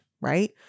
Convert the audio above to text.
right